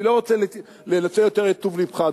אני לא רוצה לנצל יותר את טוב לבך,